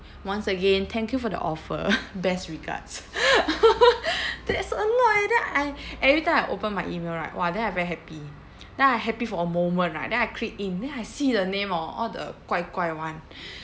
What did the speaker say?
once again thank you for the offer best regards there's a lot eh then I every time I open my email right !wah! then I very happy then I happy for a moment right then I click in then I see the name hor all the 怪怪 [one]